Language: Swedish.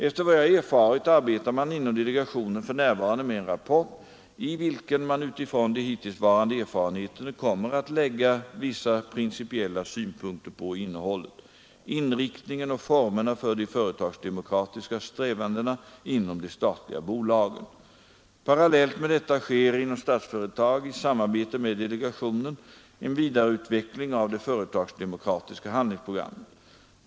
Efter vad jag erfarit arbetar man inom delegationen för närvarande med en rapport i vilken man utifrån de hittillsvarande erfarenheterna kommer att lägga vissa principiella synpunkter på innehållet, inriktningen och formerna för de företagsdemokratiska strävandena inom de statliga bolagen. Parallellt med detta sker inom Statsföretag, i samarbete med delegationen, en vidareutveckling av det företagsdemokratiska handlingsprogrammet.